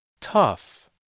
Tough